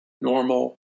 normal